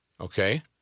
Okay